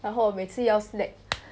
然后我每次要 snack